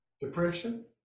depression